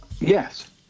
Yes